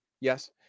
Yes